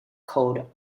called